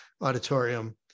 auditorium